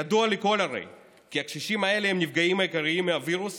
ידוע לכול הרי כי הקשישים האלה הם הנפגעים העיקריים מהווירוס